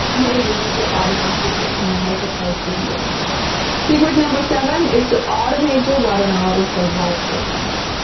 you will lose your audience, which is not a good place to be in secret. number seven is to automate your webinar with the right systems.